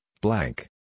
blank